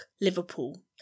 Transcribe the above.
Liverpool